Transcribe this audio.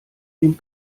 dem